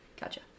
Gotcha